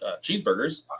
cheeseburgers